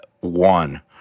one